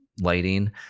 lighting